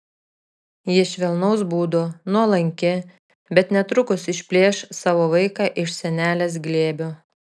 ji švelnaus būdo nuolanki bet netrukus išplėš savo vaiką iš senelės glėbio